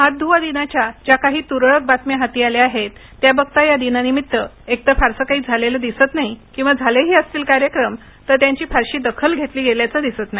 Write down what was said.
हात धुवा दिनाच्या ज्या काही त्रळक बातम्या हाती आल्या आहेत त्या बघता या दिनानिमित्त एकतर फारसं काही झालेलं दिसत नाही किंवा झालेही असतील कार्यक्रम तर त्यांची फारशी दखल घेतली गेल्याचं दिसत नाही